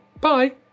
Bye